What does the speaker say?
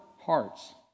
hearts